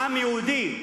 העם היהודי,